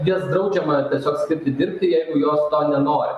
jas draudžiama tiesiog skirti dirbti jeigu jos to nenori